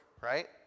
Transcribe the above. right